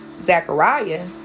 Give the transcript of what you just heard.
Zechariah